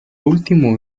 último